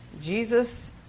Jesus